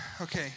okay